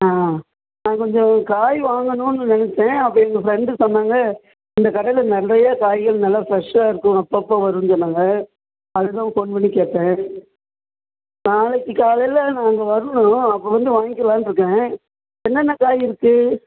ஆ நான் கொஞ்சம் காய் வாங்கணும்னு நினைச்சேன் அப்போ எங்கள் ஃப்ரெண்டு சொன்னாங்க இந்த கடையில் நிறைய காய்கறிகள் நல்லா ஃப்ரெஷ்ஷாக இருக்கும் அப்பப்போ வரும்னு சொன்னாங்க அதுக்குதான் ஃபோன் பண்ணி கேட்டேன் நாளைக்கு நான் அங்கே வரணும் நான் அப்போ வந்து வாங்கிகிலாம்னு இருக்கேன் என்னென்ன காய் இருக்குது